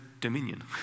dominion